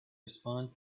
respond